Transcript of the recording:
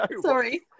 sorry